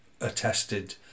attested